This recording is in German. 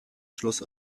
schloss